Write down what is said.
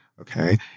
okay